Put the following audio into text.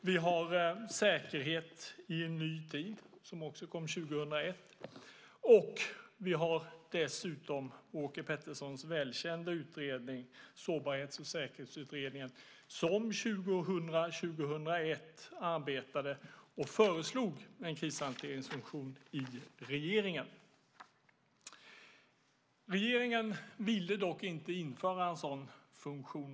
Vi har Säkerhet i en ny tid som kom 2001, och vi har dessutom Åke Petterssons välkända utredning om sårbarhet och säkerhet som föreslog en krishanteringsfunktion i regeringen. Regeringen ville dock inte införa en sådan funktion.